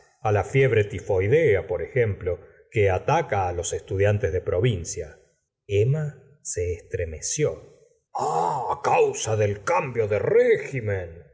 enfermedades la fiebre tifoidea por ejemplo que ataca los estudiantes de provincia emma se estremeció a causa del cambio de régimen